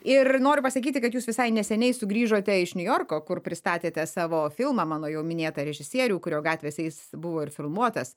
ir noriu pasakyti kad jūs visai neseniai sugrįžote iš niujorko kur pristatėte savo filmą mano jau minėtą režisierių kurio gatvėse jis buvo ir filmuotas